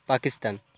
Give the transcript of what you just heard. Pakistan